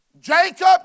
Jacob